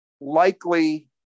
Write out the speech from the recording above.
likely